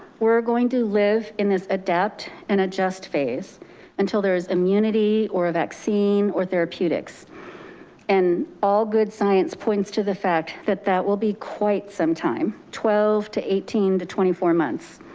we're going to live in this adapt and adjust phase until there is immunity or vaccine or therapeutics and all good science points to the fact that that will be quite some time, twelve to eighteen to twenty four months.